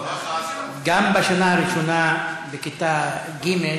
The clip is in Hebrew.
גם בשנה הראשונה, בכיתה ג',